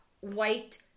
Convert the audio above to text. white